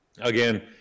again